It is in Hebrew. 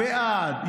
בעד,